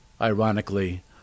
Ironically